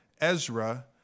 Ezra